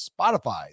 Spotify